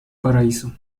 paraíso